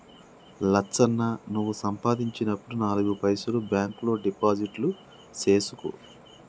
లచ్చన్న నువ్వు సంపాదించినప్పుడు నాలుగు పైసలు బాంక్ లో డిపాజిట్లు సేసుకో